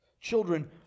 Children